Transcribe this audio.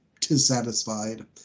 dissatisfied